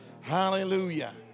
Hallelujah